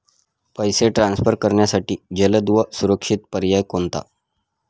पैसे ट्रान्सफर करण्यासाठी जलद व सुरक्षित पर्याय कोणता?